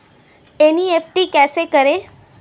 NEFT कैसे करें?